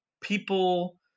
people